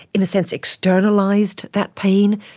in a sense, externalised that pain,